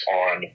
on